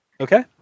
Okay